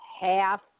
half